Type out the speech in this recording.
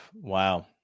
Wow